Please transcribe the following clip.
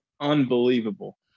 unbelievable